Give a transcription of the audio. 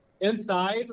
Inside